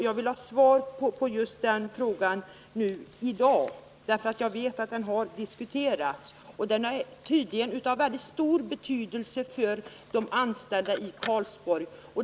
Jag vill ha svar på just den frågan i dag, eftersom jag vet att den har diskuterats och eftersom den tydligen har stor betydelse för de anställda i Karlsborg.